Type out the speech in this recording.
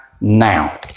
now